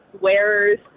wearer's